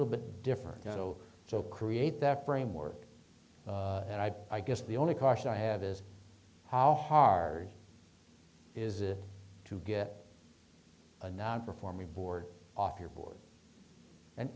little bit different otoh so create that framework and i i guess the only question i have is how hard is it to get a non performing board off your board and